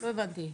לא הבנתי.